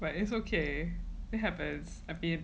but it's okay you have the